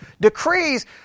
decrees